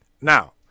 Now